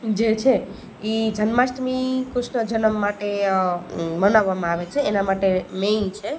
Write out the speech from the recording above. જે છે એ જન્માષ્ટમી કૃષ્ણ જન્મ માટે મનાવવામાં આવે છે એના માટે મેઇન છે